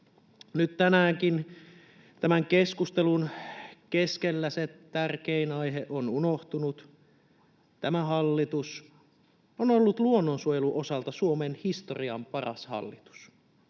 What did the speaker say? Nyt tänäänkin tämän keskustelun keskellä se tärkein aihe on unohtunut: Tämä hallitus on ollut luonnonsuojelun osalta Suomen historian paras hallitus,